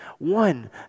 One